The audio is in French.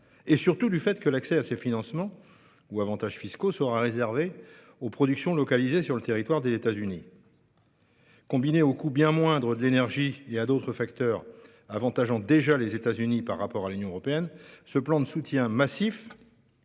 -et, surtout, du fait que l'accès à ces financements ou avantages fiscaux sera réservé aux productions localisées sur le territoire des États-Unis. Combiné au coût bien moindre de l'énergie et à d'autres facteurs avantageant déjà les États-Unis par rapport à l'Union européenne, ce plan de soutien massif